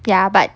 ya but